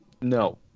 No